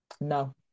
no